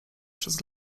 przez